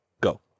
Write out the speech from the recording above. Go